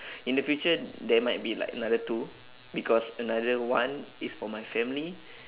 in the future there might be like another two because another one is for my family